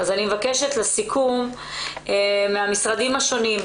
אז אני מבקשת לסיכום מהמשרדים השונים,